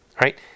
right